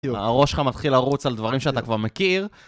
הראש שלך מתחיל לרוץ על דברים שאתה כבר מכיר